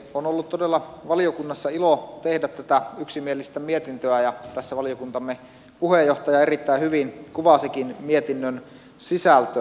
on todella ollut ilo valiokunnassa tehdä tätä yksimielistä mietintöä ja tässä valiokuntamme puheenjohtaja erittäin hyvin kuvasikin mietinnön sisältöä